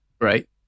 right